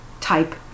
type